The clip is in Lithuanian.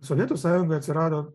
sovietų sąjungoj atsirado